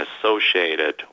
associated